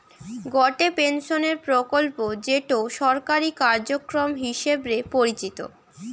গটে পেনশনের প্রকল্প যেটো সরকারি কার্যক্রম হিসবরে পরিচিত